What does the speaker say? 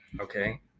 Okay